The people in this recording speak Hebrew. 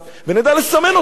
ונדע לסמן אותם,